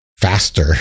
faster